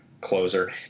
closer